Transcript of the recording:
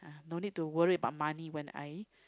don't need to worry about money when I